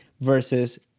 versus